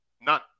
None